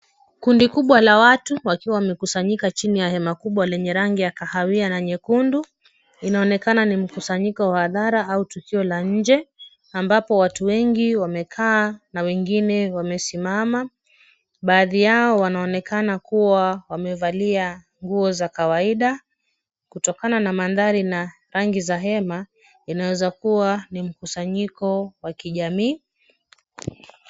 Kundi kubwa la watu wakiwa wamekusanyika chini ya hema kubwa lenye rangi ya kahawia na nyekundu. Inaonekana mkusanyiko wa athara au tukio la nje ambapo watu wengi wamekaa na wengine wamesimama. Baadhi yao wanaonekana kuwa wamevalia nguo za kawaida. Kutokana na mandhari na rangi za hema inaweza kuwa ni mkusanyiko wa kijamii.